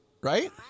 Right